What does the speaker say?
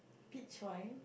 peach wine